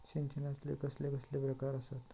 सिंचनाचे कसले कसले प्रकार आसत?